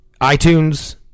iTunes